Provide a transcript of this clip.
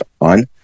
on